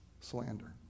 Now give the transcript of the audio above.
slander